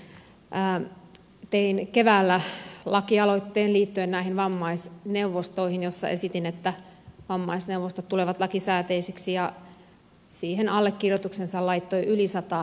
tein keväällä lakialoitteen liittyen näihin vammaisneuvostoihin jossa esitin että vammaisneuvostot tulevat lakisääteisiksi ja siihen allekirjoituksensa laittoi yli sata kansanedustajaa